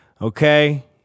Okay